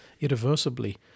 irreversibly